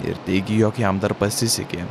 ir teigė jog jam dar pasisekė